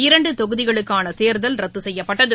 இரண்டு தொகுதிகளுக்கான தேர்தல் ரத்து செய்யப்பட்டது